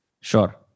Sure